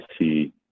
see